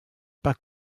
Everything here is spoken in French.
pas